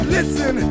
Listen